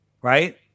right